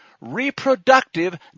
reproductive